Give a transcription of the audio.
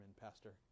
Pastor